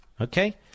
okay